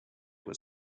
was